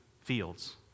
fields